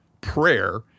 prayer